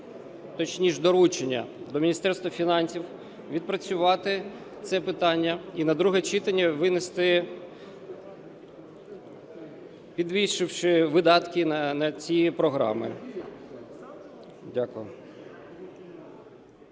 точніше доручення, до Міністерства фінансів відпрацювати це питання і на друге читання винести, підвищивши видатки на ці програми. Дякую.